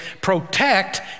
protect